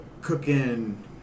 cooking